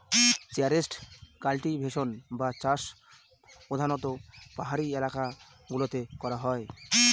terrace cultivation বা চাষ প্রধানত পাহাড়ি এলাকা গুলোতে করা হয়